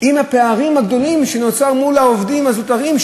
עם הפערים הגדולים שנוצרו מול העובדים הזוטרים,